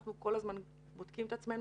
אנחנו כל הזמן בודקים את עצמנו.